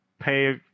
pay